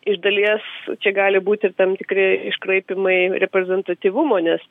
iš dalies čia gali būti tam tikri iškraipymai reprezentatyvumo nes